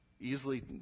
Easily